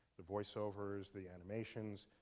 the voiceovers, the animations,